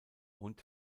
und